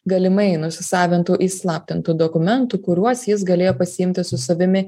galimai nusisavintų įslaptintų dokumentų kuriuos jis galėjo pasiimti su savimi